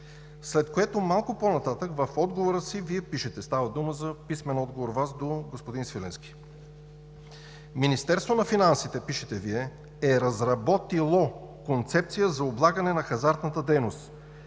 промени. Малко по-нататък в отговора си Вие пишете – става дума за писмен отговор от Вас до господин Свиленски: „Министерството на финансите – пишете Вие – е разработило концепция за облагане на хазартната дейност,